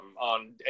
on